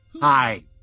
Hi